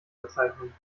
bezeichnen